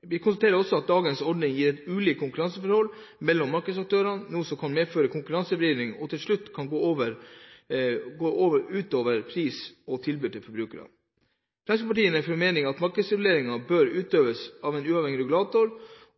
Vi konstaterer også at dagens ordning gir et ulikt konkurranseforhold mellom markedsaktørene, noe som kan medføre en konkurransevridning, som til slutt kan gå ut over pris og tilbud til forbrukerne. Fremskrittspartiet er av den formening at markedsreguleringen bør utøves av en uavhengig regulator,